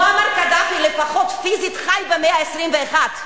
מועמר קדאפי לפחות פיזית חי במאה ה-21.